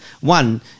One